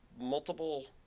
multiple